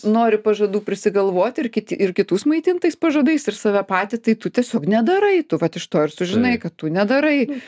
nori pažadų prisigalvoti ir kiti ir kitus maitint tais pažadais ir save patį tai tu tiesiog nedarai tu vat iš to ir sužinai kad tu nedarai